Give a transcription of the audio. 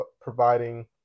providing